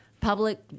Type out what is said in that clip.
public